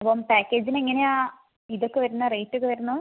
അപ്പോൾ പാക്കേജിന് എങ്ങനെയാ ഇതൊക്കെ വരുന്നത് റേറ്റൊക്കെ വരുന്നത്